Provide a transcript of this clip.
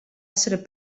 essere